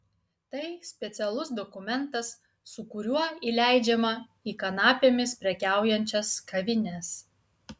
tai specialus dokumentas su kuriuo įleidžiama į kanapėmis prekiaujančias kavines